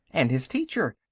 and his teacher,